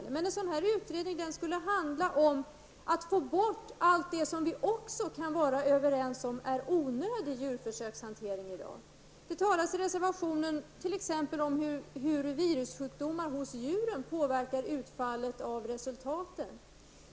En sådan här utredning skulle handla om att få bort allt det som vi kan vara överens om är onödig djurförsökshantering i dag. Det skrivs i reservationen t.ex. om hur virussjukdomar hos djuren påverkar resultaten.